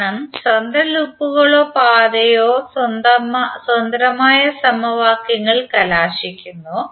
കാരണം സ്വതന്ത്ര ലൂപ്പുകളോ പാതയോ സ്വതന്ത്രമായ സമവാക്യങ്ങളിൽ കലാശിക്കുന്നു